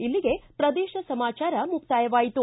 ಇಲ್ಲಿಗೆ ಪ್ರದೇಶ ಸಮಾಚಾರ ಮುಕ್ತಾಯವಾಯಿತು